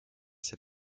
ses